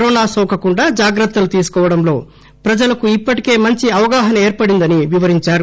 corona నోకకుండా జాగ్రత్తలు తీసుకోవడంలో ప్రజలకు ఇప్పటికే మంచి అవగాహన ఏర్పడిందని వివరించారు